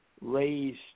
raised